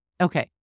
Okay